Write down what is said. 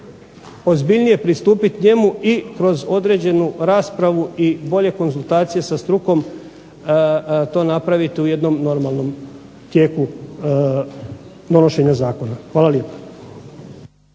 ozbiljnije pristupiti njemu i kroz određenu raspravu i bolje konzultacije sa strukom to napraviti u jednom normalnom tijeku donošenja zakona. Hvala lijepa.